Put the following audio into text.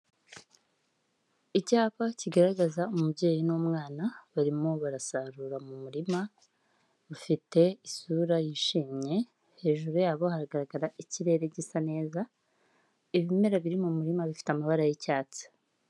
Icyapa kigaragaza umubyeyi n'umwana barimo barasarura mu murima ufite isura yishimye, hejuru yabo haragaragara ikirere gisa neza, ibimera biri mu murima bifite amabara y'icyatsi.